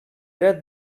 read